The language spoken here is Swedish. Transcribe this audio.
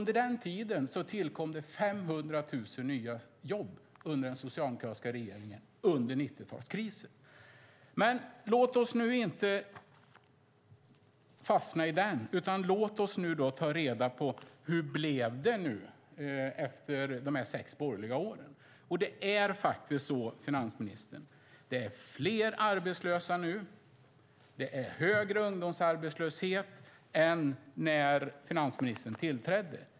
Det tillkom 500 000 nya jobb under den socialdemokratiska regeringens tid, under 90-talskrisen. Men låt oss inte fastna i den, utan låt oss ta reda på hur det blev efter de här sex borgerliga åren. Det är faktiskt så, finansministern, att det är fler arbetslösa nu. Det är högre ungdomsarbetslöshet än när finansministern tillträdde.